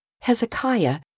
Hezekiah